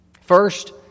First